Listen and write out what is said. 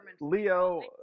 Leo